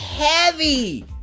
Heavy